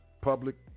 public